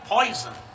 Poison